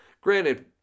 granted